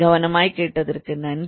கவனமாய் கேட்டதற்கு நன்றி